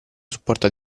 supporta